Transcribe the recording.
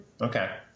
okay